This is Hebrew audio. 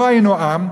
לא היינו עם,